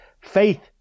faith